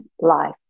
life